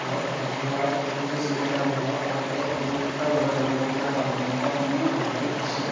ঘৰত ৰন্ধা বাঢ়ত এল পি জি চিলিণ্ডাৰ ব্যৱহাৰ কৰোঁতে সুৰক্ষাৰ বাবে ল'বলগীয়া সাৱধানতাসমূহ বহুতো আছে